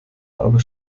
aber